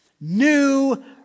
new